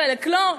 בחלק לא,